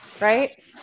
right